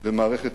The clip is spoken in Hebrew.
במערכת